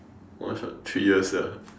one shot three years sia